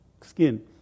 skin